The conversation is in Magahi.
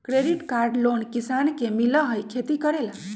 कृषि क्रेडिट लोन किसान के मिलहई खेती करेला?